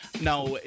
Now